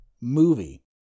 movie